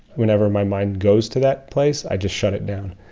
whenever my mind goes to that place, i just shut it down.